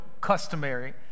customary